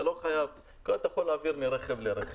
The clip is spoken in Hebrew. אתה יכול להעביר מרכב לרכב.